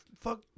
fuck